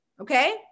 Okay